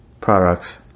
products